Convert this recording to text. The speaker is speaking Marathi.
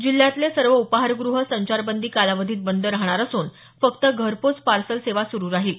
जिल्ह्यातले सर्व उपाहारगृहं संचारबंदी कालावधीत बंद राहणार असून फक्त घरपोच पार्सल सेवा सुरू राहील